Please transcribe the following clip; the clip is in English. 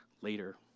Later